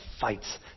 fights